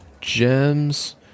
gems